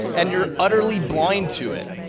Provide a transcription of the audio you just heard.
and you're utterly blind to it.